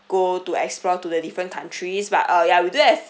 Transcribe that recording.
go to explore to the different countries but uh yeah we do have